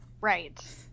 right